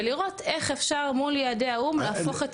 ולראות איך אפשר מול יעדי האו"ם להפוך את